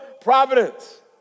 providence